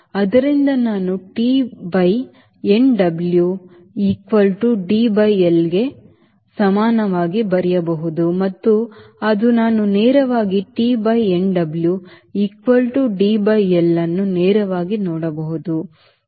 ಆದ್ದರಿಂದ ನಾನು T by nW equal to D by L ಗೆ ಸಮನಾಗಿ ಬರೆಯಬಹುದು ಮತ್ತು ಅದು ನಾನು ನೇರವಾಗಿ T by nW equal to D by L ಅನ್ನು ನೇರವಾಗಿ ನೋಡಬಹುದು